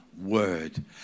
word